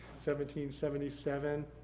1777